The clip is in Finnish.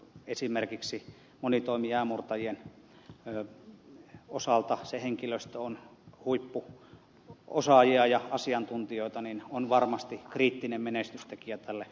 esimerkiksi monitoimijäänmurtajien osalta se että henkilöstö on huippuosaajia ja asiantuntijoita on varmasti kriittinen menestystekijä tälle